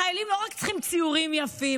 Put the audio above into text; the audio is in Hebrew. החיילים לא צריכים רק ציורים יפים,